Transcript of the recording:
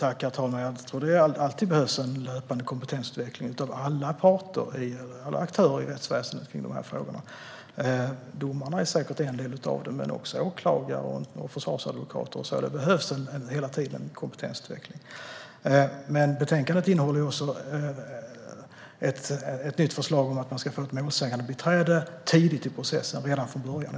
Herr talman! Jag tror att det alltid behövs en löpande kompetensutveckling av alla aktörer i rättsväsendet i de här frågorna. Domarna är säkert en del av det, men det gäller också åklagare och försvarsadvokater. Det behövs hela tiden kompetensutveckling. Men betänkandet innehåller också ett nytt förslag om att man ska få ett målsägandebiträde tidigt i processen, redan från början.